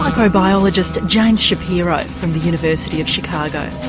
microbiologist james shapiro from the university of chicago.